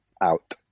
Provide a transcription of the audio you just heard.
out